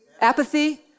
Apathy